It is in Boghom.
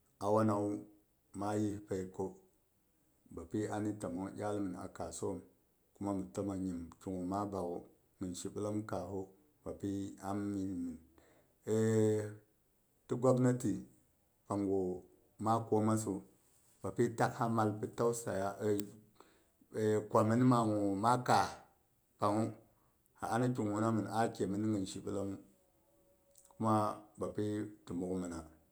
Awana wu ma yis pai bapi ani tommong iyal min a kaahsom kuma mhi tomma nyim ki gu ma bakhu hin shi ɓellem kaas som bapi ami mhin nyim, ti gwapnati panggu panggu ma kum massu bapi tallsa mal pi tausaya kwamin mai gu ma kaas panghu hi ani ki gu na mhin a kemin hin shi ɓellimmu kuma bapi ti mughmina.